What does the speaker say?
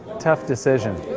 tough decision,